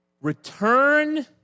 return